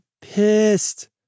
pissed